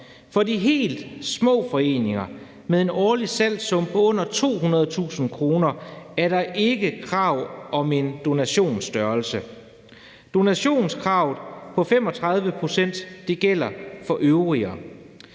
For de helt små foreninger med en årlig salgssum på under 200.000 kr. er der ikke krav om en donationsstørrelse. Donationskravet på 35 pct. gælder for de øvrige.